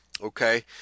Okay